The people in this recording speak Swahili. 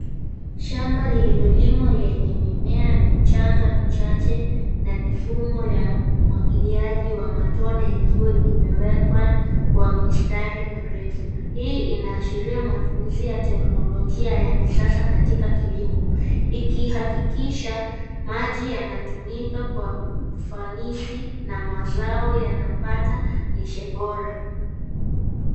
Shamba lililolimwa lenye mimea michanga michache na mifumo ya umwagiliaji wa matone ikiwa imewekwa kwa mistari mirefu. Hii inaashiria matumizi ya teknolojia ya kisasa katika kilimo ikihakikisha maji yanatumika kwa ufanisi na mazao yanapata lishe bora.